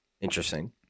Interesting